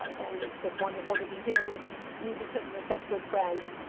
and it's just wonderful to be here with you, because we're such good friends.